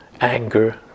Anger